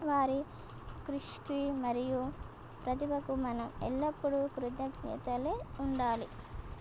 వారి కృషికి మరియు ప్రతిభకు మనం ఎల్లప్పుడూ కృతజ్ఞుతలై ఉండాలి